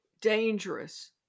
dangerous